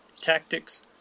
tactics